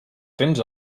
tens